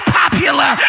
popular